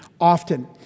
often